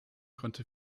konnte